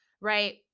Right